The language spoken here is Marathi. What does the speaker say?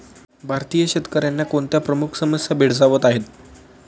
भारतीय शेतकऱ्यांना कोणत्या प्रमुख समस्या भेडसावत आहेत?